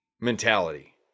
mentality